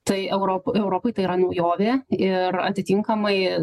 tai europ europai tai yra naujovė ir atitinkamai